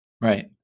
Right